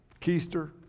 keister